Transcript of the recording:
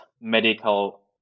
medical